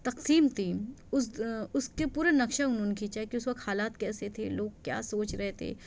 تقسیم تھی اُس اُس کے پورے نقشہ اُنہوں نے کھینچا ہے کہ اُس وقت حالات کیسے تھے لوگ کیا سوچ رہے تھے